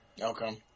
Okay